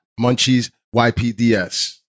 MunchiesYPDS